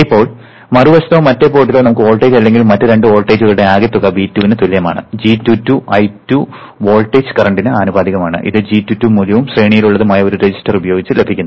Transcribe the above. ഇപ്പോൾ മറുവശത്തോ മറ്റേ പോർട്ടിലോ നമുക്ക് വോൾട്ടേജ് അല്ലെങ്കിൽ മറ്റ് രണ്ട് വോൾട്ടേജുകളുടെ ആകെത്തുക V2 നു തുല്യമാണ് g22 I2 വോൾട്ടേജ് കറന്റിന് ആനുപാതികമാണ് ഇത് g22 മൂല്യവും ശ്രേണിയിലുള്ളതുമായ ഒരു രജിസ്റ്റർ ഉപയോഗിച്ച് ലഭിക്കുന്നു